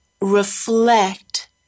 reflect